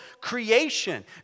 creation